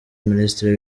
minisitiri